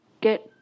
get